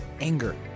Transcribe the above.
anger